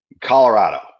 Colorado